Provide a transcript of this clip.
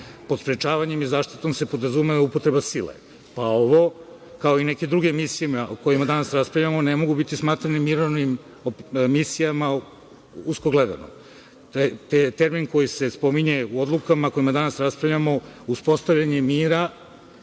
sprečavanjem i zaštitom se podrazumeva upotreba sile, pa ovo, kao i neke druge misije o kojima danas raspravljamo, ne mogu biti smatrani mirovnim misijama, usko gledano. Termin koji se spominje u odlukama o kojima danas raspravljamo – uspostavljanje mira,